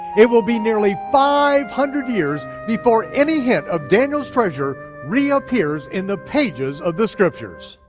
it will be nearly five hundred years before any hint of daniel's treasure reappears in the pages of the scriptures.